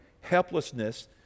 helplessness